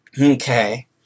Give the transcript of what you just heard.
Okay